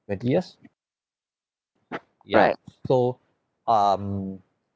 twenty years right so um